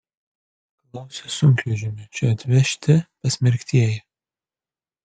klausia sunkvežimiu čia atvežti pasmerktieji